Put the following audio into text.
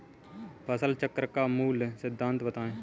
फसल चक्र का मूल सिद्धांत बताएँ?